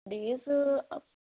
days